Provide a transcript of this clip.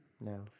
No